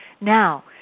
Now